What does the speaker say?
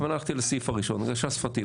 אני בכוונה הלכתי לסעיף הראשון, הנגשה שפתית.